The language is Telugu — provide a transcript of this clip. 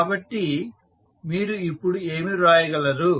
కాబట్టి మీరు ఇప్పుడు ఏమి వ్రాయగలరు